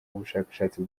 ubushakashatsi